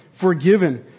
forgiven